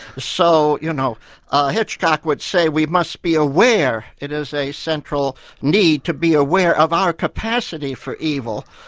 so you know ah hitchcock would say we must be aware, it is a central need to be aware of our capacity for evil,